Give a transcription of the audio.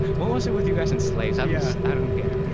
what was it with you guys and slaves? um yeah i don't get it.